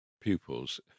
pupils